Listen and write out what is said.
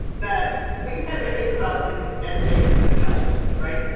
that we tend to think about these engines and the counts, right.